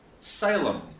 Salem